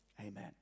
Amen